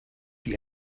die